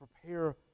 prepare